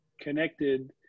connected